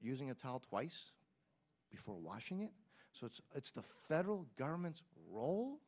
using a towel twice before washing it so it's it's the federal government's role